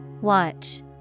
Watch